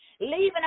Leaving